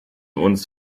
uns